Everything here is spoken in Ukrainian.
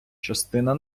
частина